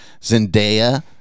Zendaya